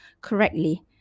correctly